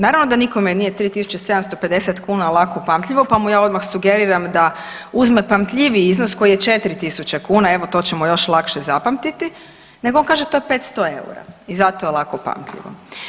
Naravno da nikom nije 3.750 kuna lako pamtljivo pa mu ja odmah sugeriram da uzme pamtljiviji iznos koji je 4.000 kuna, evo to ćemo još lakše zapamtiti nego on kaže to je 500 EUR-a i zato je lako pamtljivo.